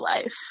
life